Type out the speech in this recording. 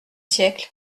siècle